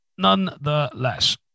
Nonetheless